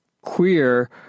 queer